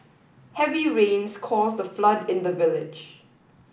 heavy rains caused a flood in the village